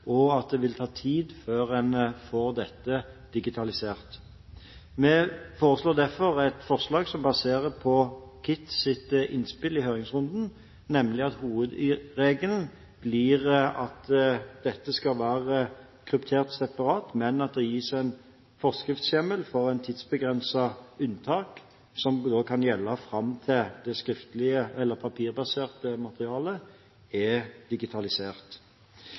og at det vil ta tid før en får dette digitalisert. Vi har derfor et forslag som baserer seg på KITHs innspill i høringsrunden, nemlig at hovedregelen blir at dette skal være kryptert separat, men at det gis en forskriftshjemmel for et tidsbegrenset unntak som også kan gjelde fram til det papirbaserte materialet er digitalisert.